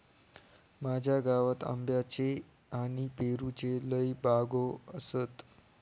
माझ्या गावात आंब्याच्ये आणि पेरूच्ये लय बागो आसत